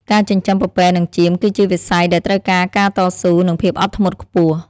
ការចិញ្ចឹមពពែនិងចៀមគឺជាវិស័យដែលត្រូវការការតស៊ូនិងភាពអត់ធ្មត់ខ្ពស់។